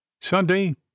Sunday